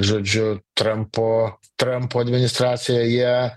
žodžiu trampo trampo administracija jie